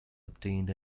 obtained